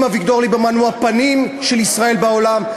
האם אביגדור ליברמן הוא הפנים של ישראל בעולם?